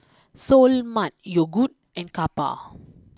Seoul Mart Yogood and Kappa